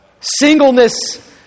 Singleness